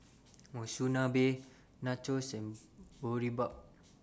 Monsunabe Nachos and Boribap